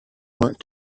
want